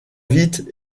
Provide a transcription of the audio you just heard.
vite